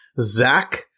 Zach